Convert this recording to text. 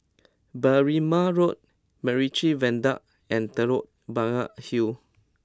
Berrima Road MacRitchie Viaduct and Telok Blangah Hill